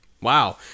Wow